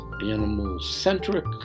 animal-centric